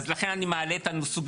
אז לכן אני מעלה את הסוגיות.